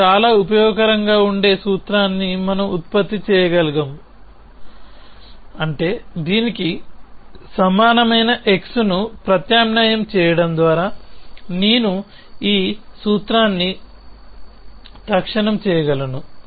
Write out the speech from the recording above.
మనకు చాలా ఉపయోగకరంగా ఉండే సూత్రాన్ని మనం ఉత్పత్తి చేయగలము అంటే దీనికి సమానమైన x ను ప్రత్యామ్నాయం చేయడం ద్వారా నేను ఈ సూత్రాన్ని తక్షణం చేయగలను